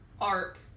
arc